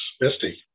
Misty